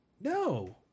No